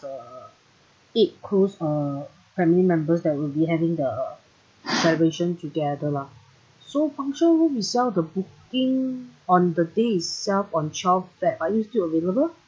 uh eight close uh family members that would be having the celebration together lah so function room itself the booking on the day itself on twelfth that are you still available